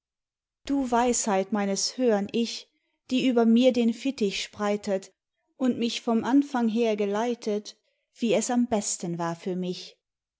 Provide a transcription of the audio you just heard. du weisheit meines höhern ich die über mir den fittich spreitet und mich vom anfang her geleitet wie es am besten war für mich